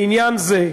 בעניין זה,